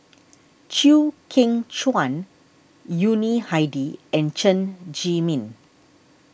Chew Kheng Chuan Yuni Hadi and Chen Zhiming